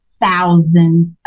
thousands